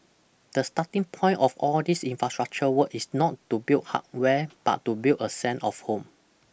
the starting point of all these infrastructure work is not to build hardware but to build a sense of home